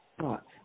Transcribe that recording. thoughts